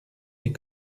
des